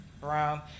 Brown